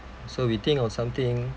so we think of something